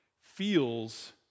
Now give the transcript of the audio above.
feels